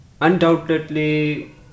undoubtedly